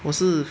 我是